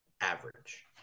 average